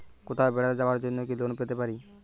কোথাও বেড়াতে যাওয়ার জন্য কি লোন পেতে পারি?